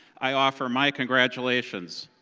i offer my congratulations.